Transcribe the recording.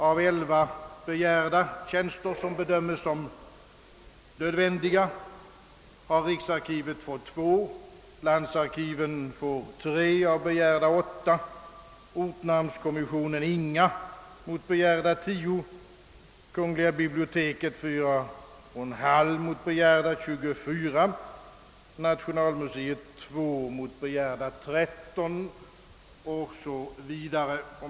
Av elva begärda tjänster som bedömes som nödvändiga har riksarkivet fått två, landsarkiven får tre av begärda åtta, ortnamnskommissionen ingen mot begärda tio, kungl. biblioteket fyra och en halv mot begärda tjugofyra, nationalmuseet två mot begärda tretton o.s.v.